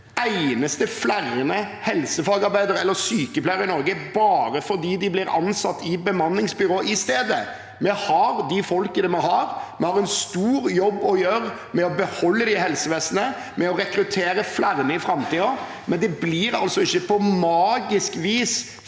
eneste ekstra helsefagarbeider eller sykepleier i Norge bare fordi de blir ansatt i et bemanningsbyrå i stedet. Vi har de folkene vi har, og vi har en stor jobb å gjøre med å beholde dem i helsevesenet og rekruttere flere i framtiden, men det blir altså ikke på magisk vis